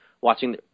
watching